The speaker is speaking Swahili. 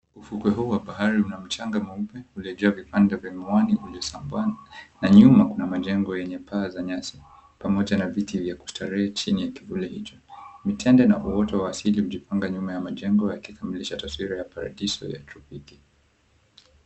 Ufukwe huu wa bahari una mchanga mweupe uliojaa vipande vya miwani uliosambaa na nyuma kuna majengo yenye paa za nyasi pamoja na viti vya kustarehe chini ya kivuli hicho. Mitende na uwote wa asili umejipanga nyuma ya majengo yakikamilisha taswira ya paradiso ya tropiki.